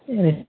कि भेल